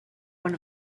one